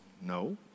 No